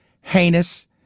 heinous